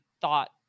thought